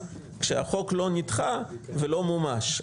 כשהחוק לא נדחה ולא מומש.